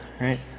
right